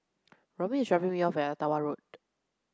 Romie is dropping me off at Ottawa Road